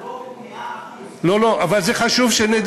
הדוח הוא מאה אחוז, לא לא, אבל זה חשוב שנדע.